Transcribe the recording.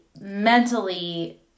mentally